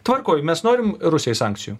tvarkoj mes norim rusijai sankcijų